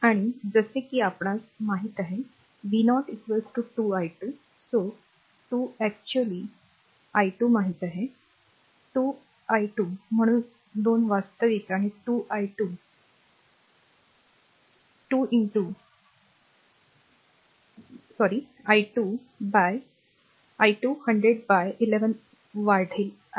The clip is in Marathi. आणि जसे कि आपणास माहित आहे v0 2 i2 so 2 actually आणि 2 i2 माहित आहे 2 आय 2 म्हणून 2 वास्तविक आणि 2 आय 2 तर 2 r आणि i 2 100 बाय 11 वाढले आहेत